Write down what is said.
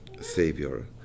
Savior